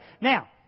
Now